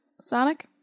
Sonic